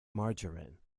margarine